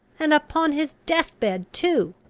and upon his death-bed too?